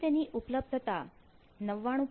અહીં તેની ઉપલબ્ધતા 99